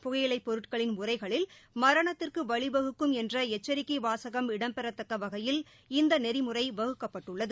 புகையிலைப் பொருட்களின் உறைகளில் மரணத்திற்கு வழிவகுக்கும் என்ற எச்சிக்கை வாசகம் இடம்பெறத்தக்க வகையில் இந்த நெறிமுறை வகுக்கப்பட்டுள்ளது